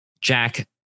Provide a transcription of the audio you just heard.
jack